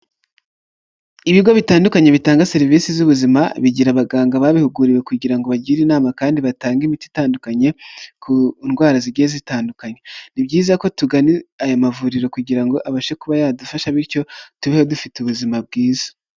Ibigo bitandukanye bitanga serivisi z'ubuzima, bigira abaganga babihuguriwe kugira ngo bagire inama kandi batange imiti itandukanye ku ndwara zigiye zitandukanye, ni byiza ko tugana aya mavuriro kugira ngo abashe kuba yadufasha, bityo tubeho dufite ubuzima bwiza.